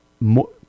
more